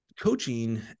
coaching